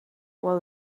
while